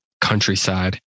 Countryside